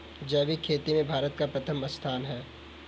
जैविक खेती में भारत का प्रथम स्थान है